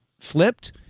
flipped